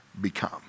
become